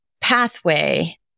pathway